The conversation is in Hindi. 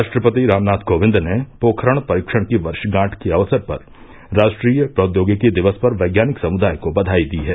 राष्ट्रपति रामनाथ कोविंद ने पोखरण परीक्षण की वर्षगांठ के अवसर और राष्ट्रीय प्रौद्योगिकी दिवस पर वैज्ञानिक समुदाय को बधाई दी है